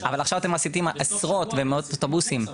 אבל עכשיו אתם מסיטים לשם עשרות ומאות אוטובוסים.